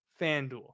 FanDuel